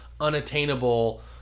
unattainable